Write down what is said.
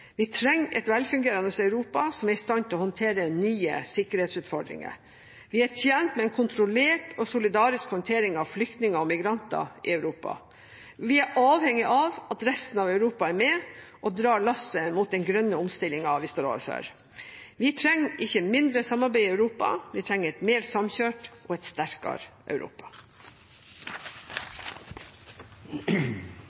Vi trenger et velfungerende Europa som er i stand til å håndtere nye sikkerhetsutfordringer. Vi er tjent med en kontrollert og solidarisk håndtering av flyktninger og migranter i Europa. Vi er avhengige av at resten av Europa er med og drar lasset mot den grønne omstillingen vi står overfor. Vi trenger ikke mindre samarbeid i Europa. Vi trenger et mer samkjørt og sterkere